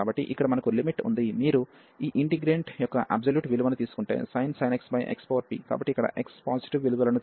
కాబట్టి ఇక్కడ మనకు లిమిట్ ఉంది మీరు ఈ ఇంటిగ్రేంట్ యొక్క అబ్సొల్యూట్ విలువను తీసుకుంటే sin x xp కాబట్టి ఇక్కడ x పాజిటివ్ విలువలను తీసుకుంటుంది మరియు p 1